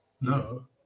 No